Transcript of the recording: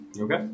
okay